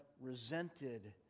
resented